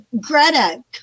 Greta